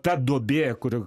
ta duobė kuri